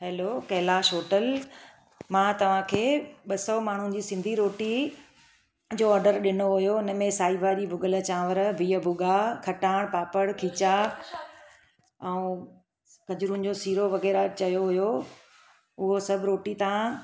hello Kailash hotel मां तव्हांखे ॿ सौ माण्हुनि जी सिंधी रोटी जो ऑडर ॾिनो हुओ हुन में साई भाॼी भुॻल चांवर बिहु भुॻा खटाइण पापड़ खीचा ऐं गजरूनि जो सीरो वग़ैरह चयो हुओ उहो सभु रोटी तव्हां